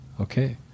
okay